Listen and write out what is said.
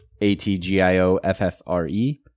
a-t-g-i-o-f-f-r-e